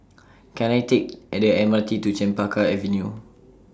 Can I Take At The MRT to Chempaka Avenue